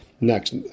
Next